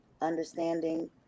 understanding